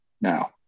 now